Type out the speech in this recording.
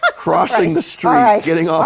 ah crossing the street, getting off